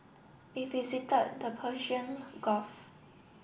we visited the Persian Gulf